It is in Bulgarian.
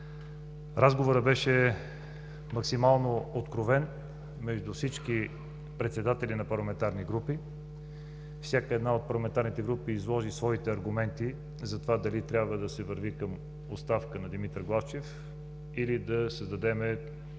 Разговорът беше максимално откровен между всички председатели на парламентарни групи. Всяка една от парламентарните групи изложи своите аргументи за това дали трябва да се върви към оставка на Димитър Главчев или да създадем